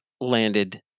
landed